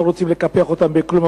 לא רוצים לקפח אותם בכלום,